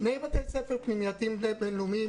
שני בתי ספר פנימייתיים בין-לאומיים.